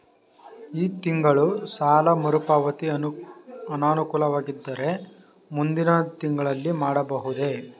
ಈ ತಿಂಗಳು ಸಾಲ ಮರುಪಾವತಿ ಅನಾನುಕೂಲವಾಗಿದ್ದರೆ ಮುಂದಿನ ತಿಂಗಳಲ್ಲಿ ಮಾಡಬಹುದೇ?